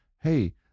Hey